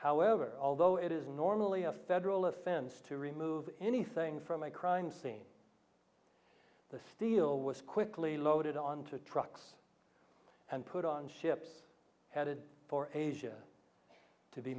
however although it is normally a federal offense to remove anything from a crime scene the steel was quickly loaded on to trucks and put on ships headed for asia to be